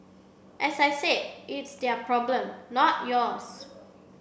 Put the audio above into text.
as I said it's their problem not yours